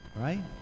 right